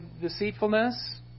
deceitfulness